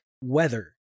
weather